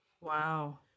wow